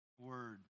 word